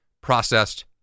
processed